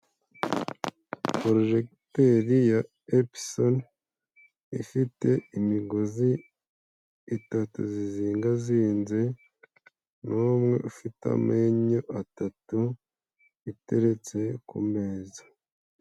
Porojegiteri ya episoni ifite imigozi itatu zizingazinze n'umwe ufite amenyo atatu, iteretse ku meza.